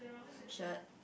shirt